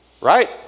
right